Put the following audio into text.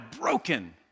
broken